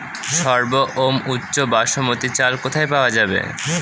সর্বোওম উচ্চ বাসমতী চাল কোথায় পওয়া যাবে?